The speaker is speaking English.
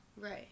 Right